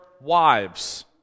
wives